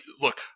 look